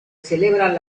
celebran